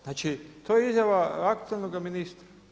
Znači to je izjava aktualnog ministra.